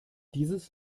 dieses